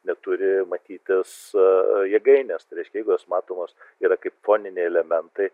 neturi matytis jėgainės tai reiškia jeigu jos matomos yra kaip foniniai elementai